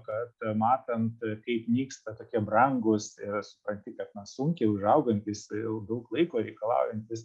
kad matant kaip nyksta tokie brangūs ir supranti kad na sunkiai užaugantys tai jau daug laiko reikalaujantys